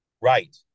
right